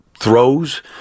throws